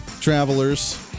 travelers